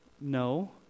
No